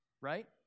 right